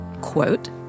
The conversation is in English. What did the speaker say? quote